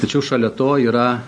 tačiau šalia to yra